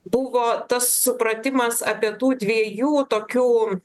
buvo tas supratimas apie tų dviejų tokių